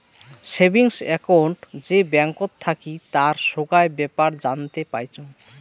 savings account যে ব্যাঙ্কত থাকি তার সোগায় বেপার জানতে পাইচুঙ